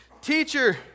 Teacher